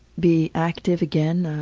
be active again